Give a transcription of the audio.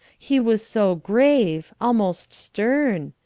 he was so grave almost stern.